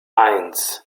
eins